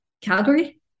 Calgary